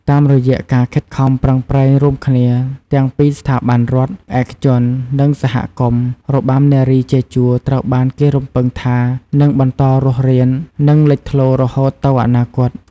តាមរយៈការខិតខំប្រឹងប្រែងរួមគ្នាទាំងពីស្ថាប័នរដ្ឋ ឯកជន និងសហគមន៍ របាំនារីជាជួរត្រូវបានគេរំពឹងថានឹងបន្តរស់រាន និងលេចធ្លោរហូតទៅអនាគត។